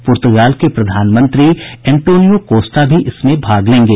पुर्तगाल के प्रधानमंत्री Antonio Costa भी इसमें भाग लेंगे